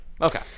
Okay